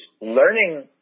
learning